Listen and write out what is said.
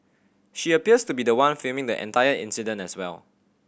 she appears to be the one filming the entire incident as well